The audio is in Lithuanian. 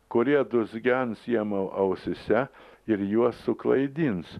kurie dūzgens jiem ausyse ir juos suklaidins